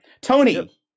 Tony